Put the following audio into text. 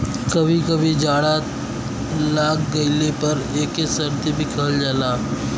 कभी कभी जाड़ा लाग गइले पर एके सर्दी भी कहल जाला